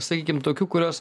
sakykim tokių kurios